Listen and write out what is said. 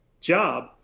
job